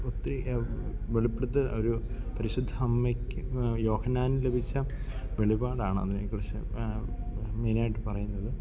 ഒത്തിരി വെളിപ്പെടുത്തൽ ഒരു പരിശുദ്ധ അമ്മയ്ക്ക് യോഹന്നാന് ലഭിച്ച വെളിപാടാണ് അതിനേക്കുറിച്ച് മെയിനായിട്ട് പറയുന്നത്